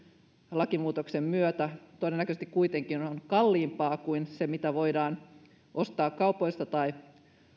lakimuutoksen myötä todennäköisesti kuitenkin on kalliimpaa kuin se mitä voidaan ostaa kaupoista tai